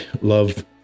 love